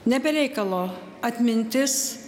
ne be reikalo atmintis